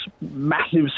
massive